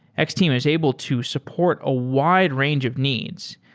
x-team is able to support a wide range of needs.